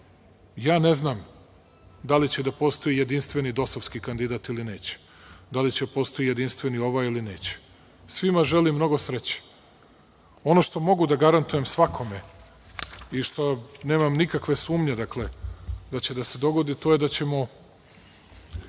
Ne znam da li će da postoji jedinstveni dosovski kandidat ili neće? Da li će da postoji jedinstveni ovaj ili neće? Svima želim mnogo sreće. Ono što mogu da garantujem svakome i što nemam nikakve sumnje, dakle, da će da se dogodi, to je da ćemo